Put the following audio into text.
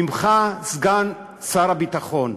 ממך, סגן שר הביטחון,